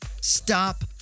Stop